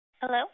Hello